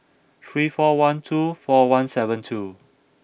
three four one two four one seven two